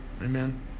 amen